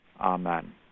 amen